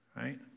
Right